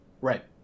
Right